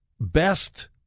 best